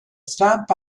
stamp